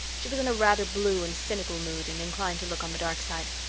she was in a rather blue and cynical mood and inclined to look on the dark side.